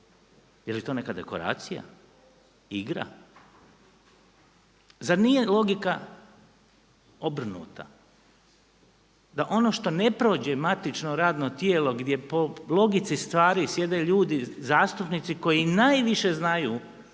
Jeli to neka dekoracija, igra? Zar nije logika obrnuta, da ono što ne prođe matično radno tijelo gdje po logici stvari sjede ljudi zastupnici koji najviše znaju